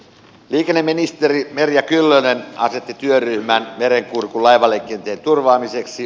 liikenneministeri merja kyllönen asetti työryhmän merenkurkun laivaliikenteen turvaamiseksi